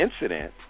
incident